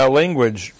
language